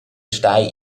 stai